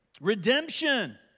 Redemption